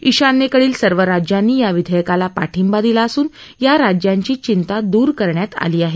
ईशान्येकडील सर्व राज्यांनी या विधेयकाला पाठिंबा दिला असून या राज्यांची चिंता दूर करण्यात आली आहे